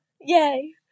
Yay